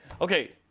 Okay